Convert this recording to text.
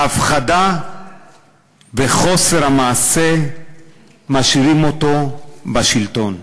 ההפחדה וחוסר המעשה משאירים אותו בשלטון.